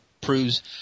proves